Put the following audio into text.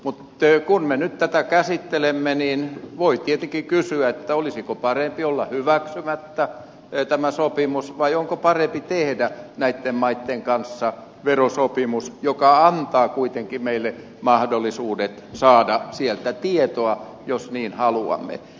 mutta kun me nyt tätä käsittelemme niin voi tietenkin kysyä olisiko parempi olla hyväksymättä tätä sopimusta vai onko parempi tehdä näitten maitten kanssa verosopimus joka antaa kuitenkin meille mahdollisuudet saada sieltä tietoa jos niin haluamme